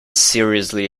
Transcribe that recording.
seriously